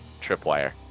tripwire